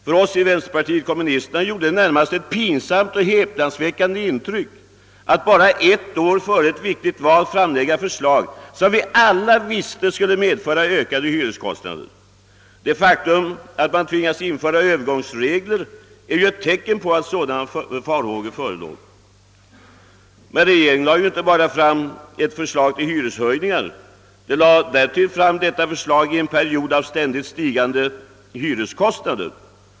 På oss i vänsterpartiet kommunisterna gjorde det närmast ett häpnadsväckande intryck att regeringen bara ett år före ett viktigt val framlade förslag som vi alla visste skulle medföra ökade hyreskostnader. Det faktum att man tvingades föreslå övergångsregler är ett tecken på att sådana farhågor förelåg även inom regeringspartiet. Regeringen lade därtill fram detta förslag till hyreshöjningar i en period av ständigt stigande hyreskostnader.